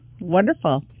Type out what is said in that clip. wonderful